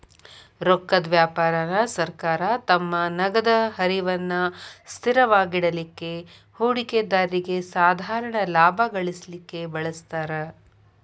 ರೊಕ್ಕದ್ ವ್ಯಾಪಾರಾನ ಸರ್ಕಾರ ತಮ್ಮ ನಗದ ಹರಿವನ್ನ ಸ್ಥಿರವಾಗಿಡಲಿಕ್ಕೆ, ಹೂಡಿಕೆದಾರ್ರಿಗೆ ಸಾಧಾರಣ ಲಾಭಾ ಗಳಿಸಲಿಕ್ಕೆ ಬಳಸ್ತಾರ್